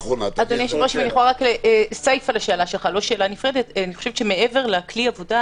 סיפא לשאלה שלך אני חושבת שמעבר לכלי עבודה